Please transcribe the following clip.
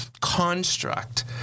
construct